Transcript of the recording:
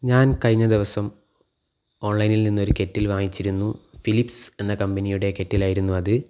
ഞാൻ കഴിഞ്ഞ ദിവസം ഓൺലൈനിൽ നിന്ന് ഒരു കെറ്റിൽ വാങ്ങിച്ചിരുന്നു ഫിലിപ്പ്സ് എന്ന കമ്പനിയുടെ കെറ്റിൽ ആയിരുന്നു അത്